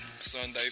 Sunday